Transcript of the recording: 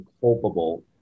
culpable